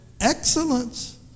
excellence